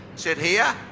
sit here.